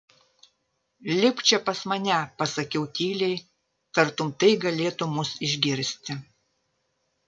lipk čia pas mane pasakiau tyliai tartum tai galėtų mus išgirsti